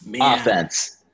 Offense